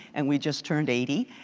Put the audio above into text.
and we just turned eighty,